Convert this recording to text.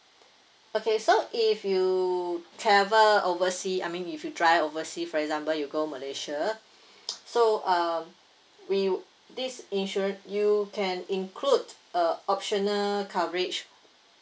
okay so if you travel oversea I mean if you drive oversea for example you go malaysia so uh we this insurance you can include uh optional coverage